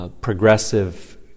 Progressive